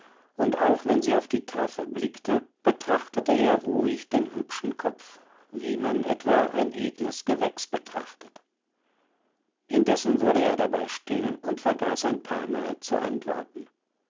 und auch wenn sie auf die tafel blickte betrachtete er ruhig den hübschen kopf wie man etwa ein edles gewächs betrachtet indessen wurde er dabei still und vergaß ein paarmal zu antworten